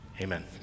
Amen